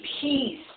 peace